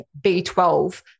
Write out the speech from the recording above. B12